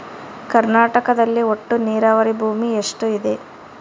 ಕರ್ನಾಟಕದಲ್ಲಿ ಒಟ್ಟು ನೇರಾವರಿ ಭೂಮಿ ಎಷ್ಟು ಇದೆ?